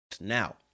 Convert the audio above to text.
now